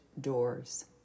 Doors